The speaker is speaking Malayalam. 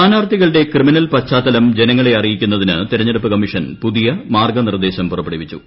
സ്ഥാനാർത്ഥികളുടെ ക്രിമീനൽ പശ്ചാത്തലം ജനങ്ങളെ അറിയിക്കുന്നതിന് ട്ടിരുഞ്ഞെടുപ്പ് കമ്മീഷൻ പുതിയ മാർഗ്ഗ നിർദ്ദേശം പ്പുറപ്പെടുവിച്ചു